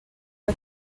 que